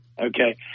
Okay